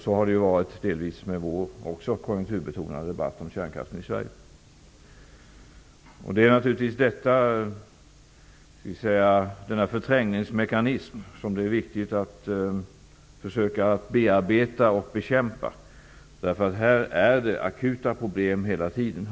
Så har det delvis varit med vår konjunkturbetonade debatt om kärnkraften i Sverige. Det är naturligtvis viktigt att försöka bearbeta och bekämpa denna förträngningsmekanism, därför att det finns akuta problem hela tiden.